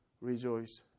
rejoice